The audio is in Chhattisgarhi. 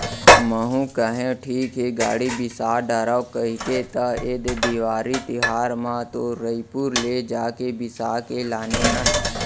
महूँ कहेव ठीक हे गाड़ी बिसा डारव कहिके त ऐदे देवारी तिहर म तो रइपुर ले जाके बिसा के लाने हन